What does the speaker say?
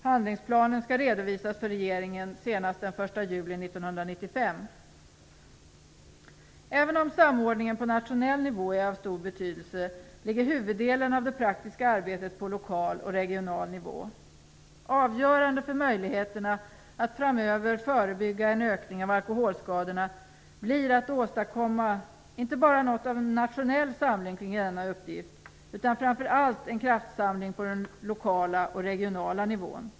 Handlingsplanen skall redovisas för regeringen senast den 1 juli 1995. Även om samordningen på nationell nivå är av stor betydelse ligger huvuddelen av det praktiska arbetet på lokal och regional nivå. Avgörande för möjligheterna att framöver förebygga en ökning av alkoholskadorna blir att åstadkomma inte bara en nationell samling kring denna uppgift utan framför allt en kraftsamling på den lokala och regionala nivån.